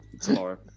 Tomorrow